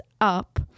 up